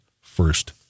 first